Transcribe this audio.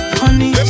honey